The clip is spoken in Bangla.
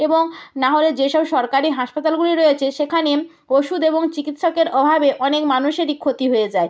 এবং না হলে যেসব সরকারি হাসপাতালগুলি রয়েছে সেখানে ওষুদ এবং চিকিৎসকের অভাবে অনেক মানুষেরই ক্ষতি হয়ে যায়